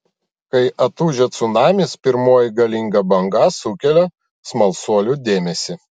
kai atūžia cunamis pirmoji galinga banga sukelia smalsuolių dėmesį